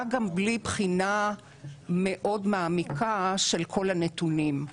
גם בלי בחינה מאוד מעמיקה של כל הנתונים.